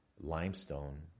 limestone